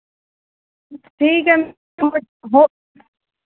ठीक है मैम हो